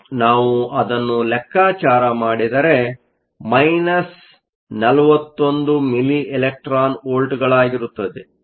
ನಾವು ಅದನ್ನು ಲೆಕ್ಕಾಚಾರ ಮಾಡಿದರೆ 41 ಮಿಲಿ ಎಲೆಕ್ಟ್ರಾನ್ ವೋಲ್ಟ್ಗಳಾಗಿರುತ್ತದೆ